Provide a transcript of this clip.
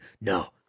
No